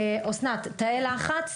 אסנת, תאי לחץ.